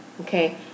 okay